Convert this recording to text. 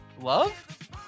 love